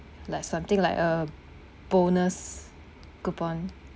like something like a bonus coupon